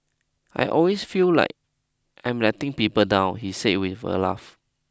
I always feel like I'm letting people down he says with a laugh